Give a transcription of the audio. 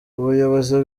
ubuyobozi